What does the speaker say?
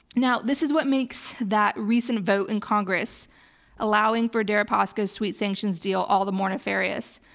now, this is what makes that recent vote in congress allowing for deripaska's sweet sanctions deal all the more nefarious.